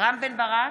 רם בן ברק,